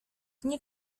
nie